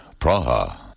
Praha